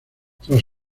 tras